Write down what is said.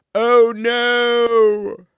oh, no.